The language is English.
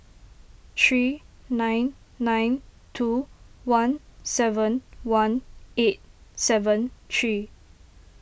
three nine nine two one seven one eight seven three